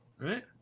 Right